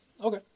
Okay